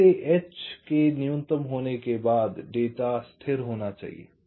C से h के न्यूनतम होने के बाद डेटा स्थिर होना चाहिए